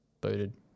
booted